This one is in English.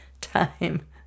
time